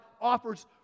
offers